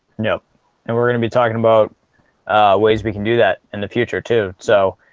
know and we're gonna be talking about ways we can do that in the future too, so